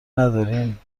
ندارین